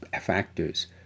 factors